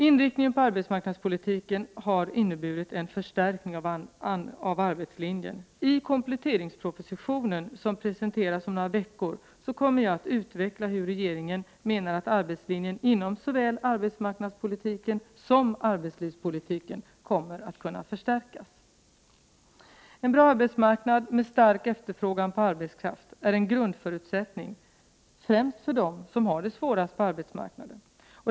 Inriktningen på arbetsmarknadspolitiken har inneburit en förstärkning av arbetslinjen. I kompletteringspropositionen, som presenteras om några veckor, kommer jag att utveckla hur regeringen menar att arbetslinjen inom såväl arbetsmarknadspolitik som arbetslivspolitik kommer att förstärkas. En bra arbetsmarknad med stark efterfrågan på arbetskraft är en grundförutsättning främst för dem som har det svårast på arbetsmarknaden.